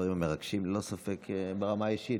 הדברים מרגשים ללא ספק ברמה האישית.